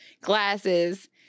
glasses